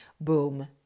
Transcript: Boom